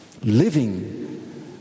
Living